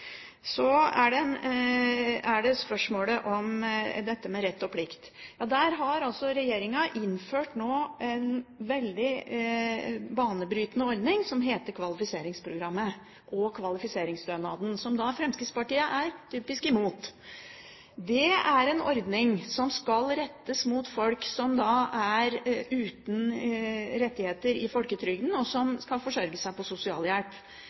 Så er det spørsmålet om dette med rett og plikt. Regjeringen har nå innført en veldig banebrytende ordning som heter kvalifiseringsprogrammet og kvalifiseringsstønaden, som Fremskrittspartiet typisk nok er imot. Det er en ordning som skal rettes mot folk som er uten rettigheter i folketrygden, og som skal forsørge seg på sosialhjelp,